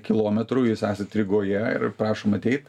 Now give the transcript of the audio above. kilometrų jūs esat rygoje ir prašom ateit